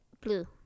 Blue